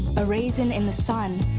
a raisin in the sun,